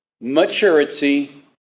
maturity